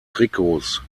trikots